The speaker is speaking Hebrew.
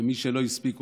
למי שלא הספיק,